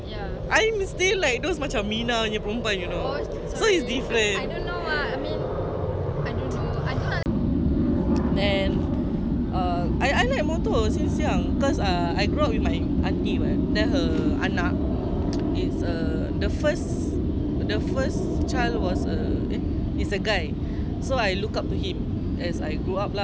is a the first the first child was a guy so I look up to him as I grew up lah and then the motor ya he ya I'm the only child ya then dia ada motor he is very successful lah like alhamdulillah dia successful then dia pun dah kahwin then bini pun